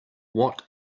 what